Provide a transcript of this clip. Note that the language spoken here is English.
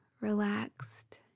relaxed